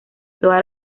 todas